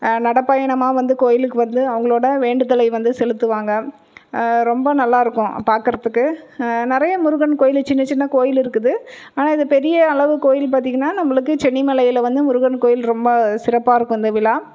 நடைப் பயணமாக வந்து கோயிலுக்கு வந்து அவங்களோட வேண்டுதலை வந்து செலுத்துவாங்கள் ரொம்ப நல்லா இருக்கும் பார்க்கறதுக்கு நிறைய முருகன் கோயில் சின்னச் சின்ன கோயில் இருக்குது ஆனால் இது பெரிய அளவு கோயில் பார்த்தீங்கன்னா நம்மளுக்கு சென்னிமலையில் வந்து முருகன் கோயில் ரொம்ப சிறப்பாக இருக்கும் அந்த விழா